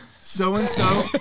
So-and-so